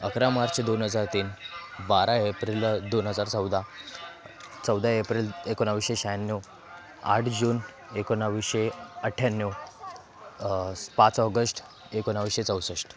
अकरा मार्च दोन हजार तीन बारा एप्रिल दोन हजार चौदा चौदा एप्रिल एकोणावीसशे शहाण्णव आठ जून एकोणावीसशे अठ्याण्णव पाच ऑगस्ट एकोणावीसशे चौसष्ट